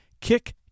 Kick